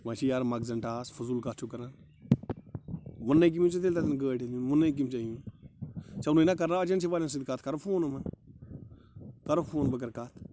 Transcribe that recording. ژےٚ مَہ چھِ یارٕ مغَزن ٹاس فضوٗل کَتھٕ چھُکھ کَران ووٚنٕے کٔمو ژےٚ تیٚلہِ تَتٮ۪ن گٲڑۍ نِنۍ ووٚن کٔم ژےٚ ژےٚ وُنہِ نَہ کرناو ایٚجنسی والین سۭتۍ کَتھ کَروٗ فون یِمَن کَرُکھ فون بہٕ کَرٕ کَرٕ کَتھ